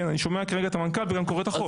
אני שומע כרגע את המנכ"ל וגם קורא את הסוס.